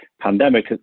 pandemic